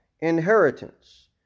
inheritance